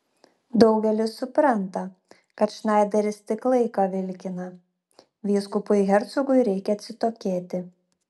daugelis supranta kad šnaideris tik laiką vilkina vyskupui hercogui reikia atsitokėti